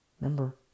Remember